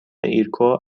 ایرکو